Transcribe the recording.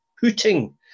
hooting